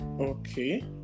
Okay